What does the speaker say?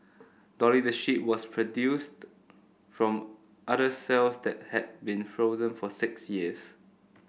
dolly the sheep was produced from udder cells that had been frozen for six years